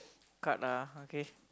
card ah okay